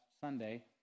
Sunday